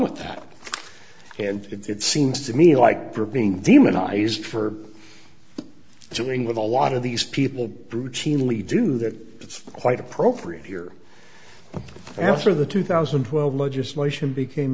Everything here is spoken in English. with that and it seems to me like providing demonized for doing with a lot of these people routinely do that it's quite appropriate here after the two thousand and twelve legislation became